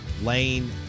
lane